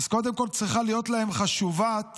אז, קודם כול, החיים צריכים להיות חשובים להם,